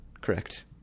correct